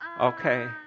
Okay